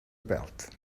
belt